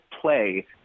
play